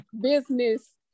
business